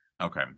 Okay